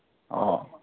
অঁ